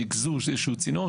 ניקזו איזה שהוא צינור.